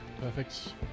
Perfect